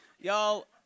Y'all